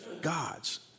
God's